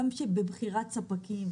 גם בבחירת ספקים,